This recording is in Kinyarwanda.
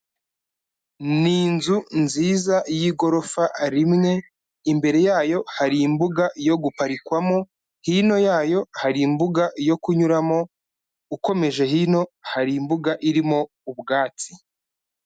Ni inzu nziza y'igorofa rimwe, imbere yayo hari imbuga yo guparikwamo, hino yayo hari imbuga yo kunyuramo, ukomeje hino hari imbuga irimo ubwatsi.